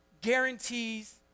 guarantees